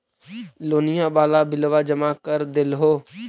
लोनिया वाला बिलवा जामा कर देलहो?